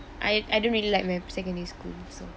I I don't really like my secondary school so